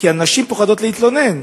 כי הנשים פוחדות להתלונן.